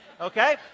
Okay